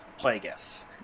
Plagueis